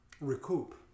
recoup